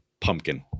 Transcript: Pumpkin